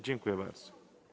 Dziękuję bardzo.